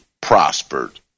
prospered